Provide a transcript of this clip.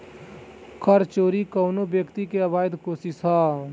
कर चोरी कवनो व्यक्ति के अवैध कोशिस ह